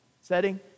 setting